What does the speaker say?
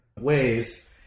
ways